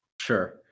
Sure